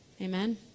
amen